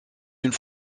une